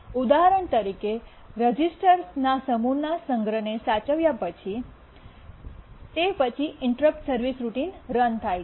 ઉદાહરણ તરીકે રજિસ્ટરના સમૂહના સંગ્રહને સાચવ્યા પછી તે પછી ઇન્ટરપ્ટ સર્વિસ રૂટીન રન થાય છે